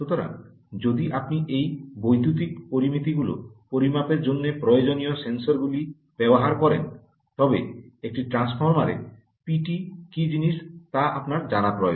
সুতরাং যদি আপনি এই বৈদ্যুতিক পরামিতিগুলি পরিমাপের জন্য প্রয়োজনীয় সেন্সরগুলি ব্যবহার করেন তবে একটি ট্রান্সফরমারে পিটি কি জিনিস তা আপনার জানা প্রয়োজন